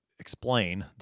explain